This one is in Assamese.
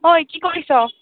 অই কি কৰিছ